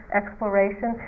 exploration